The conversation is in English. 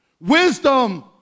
Wisdom